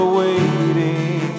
waiting